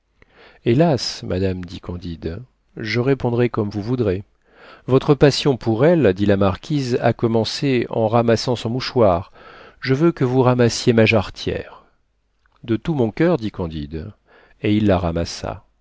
hélas madame dit candide je répondrai comme vous voudrez votre passion pour elle dit la marquise a commencé en ramassant son mouchoir je veux que vous ramassiez ma jarretière de tout mon coeur dit candide et il la ramassa